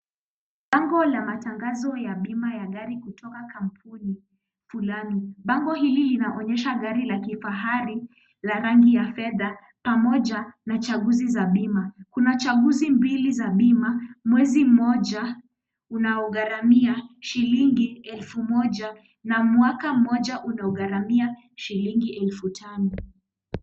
Bango la matangazo ya bima ya gari kutoka kampuni fulani. Bango hili linaonyesha gari la kifahari, la rangi ya fedha, pamoja na chaguzi za bima. Kuna chaguzi mbili za bima: Mwezi mmoja unaogharamia shilingi elfu moja na mwaka mmoja unaogharamia shilingi elfu tano.